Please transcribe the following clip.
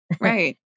Right